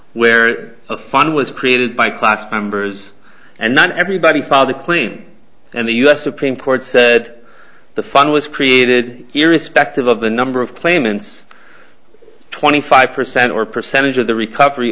where fun was created by class members and not everybody filed a claim and the u s supreme court said the fun was created irrespective of the number of claimants twenty five percent or percentage of the recovery